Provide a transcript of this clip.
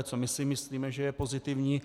Co my si myslíme, že je pozitivní.